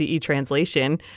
translation